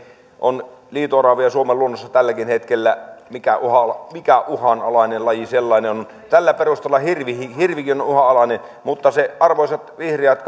on liito oravia suomen luonnossa tälläkin hetkellä mikä uhanalainen mikä uhanalainen laji sellainen on tällä perusteella hirvikin on on uhanalainen mutta arvoisat vihreät